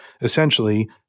essentially